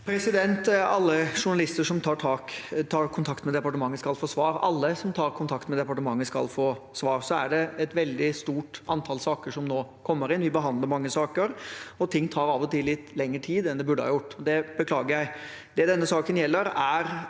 Alle jour- nalister som tar kontakt med departementet, skal få svar. Alle som tar kontakt med departementet, skal få svar. Det er et veldig stort antall saker som nå kommer inn. Vi behandler mange saker, og ting tar av og til litt lengre tid enn de burde ha gjort. Det beklager jeg. Det denne saken gjelder, er